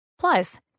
Plus